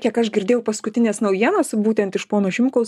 kiek aš girdėjau paskutines naujienas būtent iš pono šimkaus